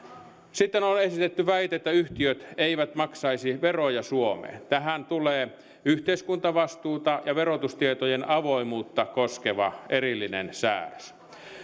sitten on esitetty väite että yhtiöt eivät maksaisi veroja suomeen tähän tulee yhteiskuntavastuuta ja verotustietojen avoimuutta koskeva erillinen säädös myöskin